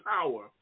power